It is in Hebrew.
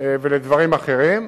ולדברים אחרים.